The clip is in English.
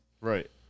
right